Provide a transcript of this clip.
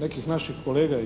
nekih naših kolega